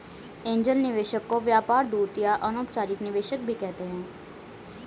angel निवेशक को व्यापार दूत या अनौपचारिक निवेशक भी कहते हैं